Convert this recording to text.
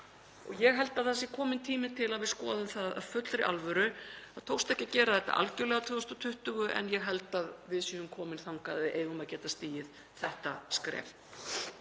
Ég held að það sé kominn tími til að við skoðum það af fullri alvöru, það tókst ekki að gera þetta algerlega 2020 en ég held að við séum komin þangað að við eigum að geta stigið þetta skref.